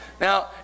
Now